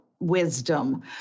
wisdom